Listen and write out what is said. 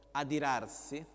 adirarsi